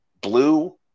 Blue